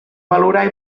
valorar